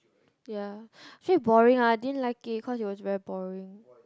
ya I feel boring ah I didn't like it because it was very boring